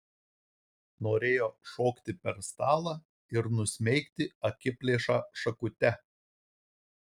norėjo šokti per stalą ir nusmeigti akiplėšą šakute